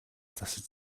засаж